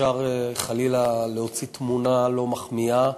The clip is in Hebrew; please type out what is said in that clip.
אפשר חלילה להוציא תמונה לא מחמיאה,